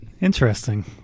Interesting